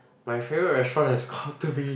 my favorite restaurant has got to be